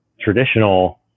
traditional